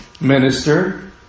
minister